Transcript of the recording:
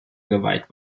geweiht